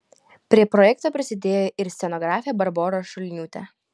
prie projekto prisidėjo ir scenografė barbora šulniūtė